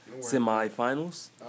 semi-finals